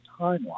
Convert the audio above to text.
timeline